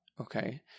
okay